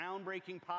groundbreaking